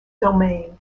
domain